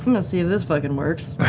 um to see if this fucking works,